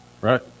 right